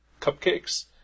cupcakes